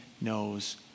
knows